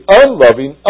unloving